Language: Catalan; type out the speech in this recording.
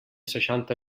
seixanta